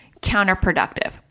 counterproductive